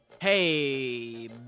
Hey